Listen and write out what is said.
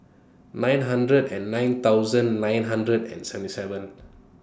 nine hundred nine thousand nine hundred and seventy seven